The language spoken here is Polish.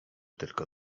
tylko